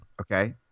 Okay